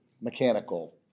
mechanical